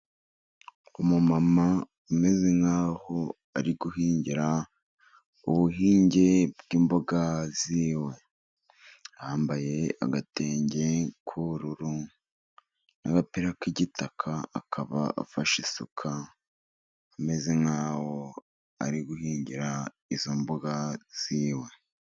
Umumama umeze nkaho ari guhingira ubuhinge bw'imboga ziwe, yambaye agatenge k'ubururu n'agapira k'igitaka, akaba afashe isuka ameze nk'aho ari guhingira izo mboga ziwe.